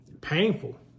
painful